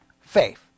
faith